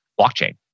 blockchain